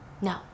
No